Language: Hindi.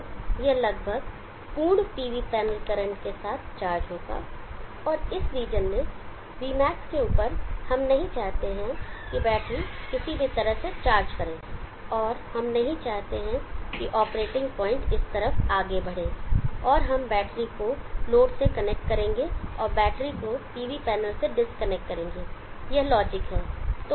तो यह लगभग पूर्ण पीवी पैनल करंट के साथ चार्ज होगा और इस रीजन में Vmax के ऊपर हम नहीं चाहते हैं कि बैटरी किसी भी तरह से चार्ज करे और हम नहीं चाहते कि ऑपरेटिंग पॉइंट इस तरफ आगे बढ़े और हम बैटरी को लोड से कनेक्ट करेंगे और बैटरी को PV पैनल से डिस्कनेक्ट करेंगे यह लॉजिक है